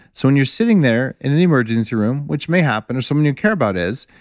so when you're sitting there in an emergency room, which may happen, if someone you care about is,